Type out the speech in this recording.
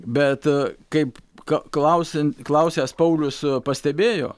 bet aa kaip ką klausian klausęs paulius pastebėjo